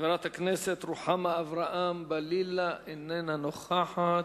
חברת הכנסת רוחמה אברהם-בלילא, איננה נוכחת.